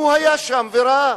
הוא היה שם וראה.